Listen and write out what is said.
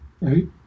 Right